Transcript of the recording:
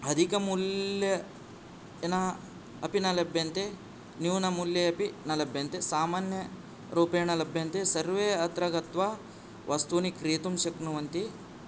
अधिक मूल्येन अपि न लभ्यन्ते न्यून मूल्ये अपि न लभ्यन्ते सामान्यरूपेन लभ्यन्ते सर्वे अत्र गत्वा वस्तूनि क्रेतुं शक्नुवन्ति